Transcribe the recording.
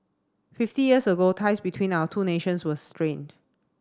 fifty years ago ties between our two nations were strained